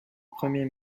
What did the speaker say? premier